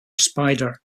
spider